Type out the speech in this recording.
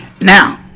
now